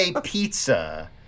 pizza